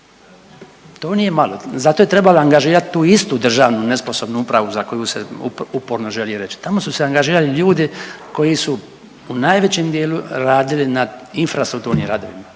to nije malo, za to je trebalo angažirat tu istu državnu nesposobnu upravu za koju se uporno želi reći. Tako su angažirali ljudi koji su u najvećem dijelu radili na infrastrukturnim radovima.